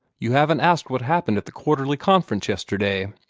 you haven't asked what happened at the quarterly conference yesterday.